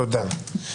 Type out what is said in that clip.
תודה.